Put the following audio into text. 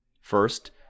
First